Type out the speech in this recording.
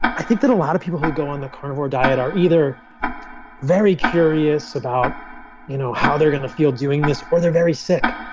i think that a lot of people who would go on the carnivore diet are either very curious about you know how they're going to feel doing this or they're very sick.